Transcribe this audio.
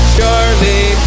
Charlie